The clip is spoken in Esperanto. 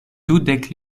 dudek